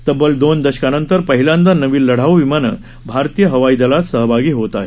तब्बल दोन दशकांनंतर पहिल्यांदा नवी लढाऊ विमानं भारतीय हवाई दलात सहभागी होत आहेत